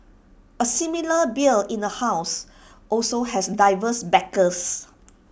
A similar bill in the house also has diverse backers